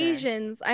Asians